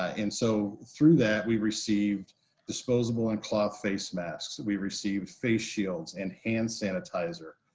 ah and so through that, we received disposable and cloth face masks. we received face shields and hand sanitizer.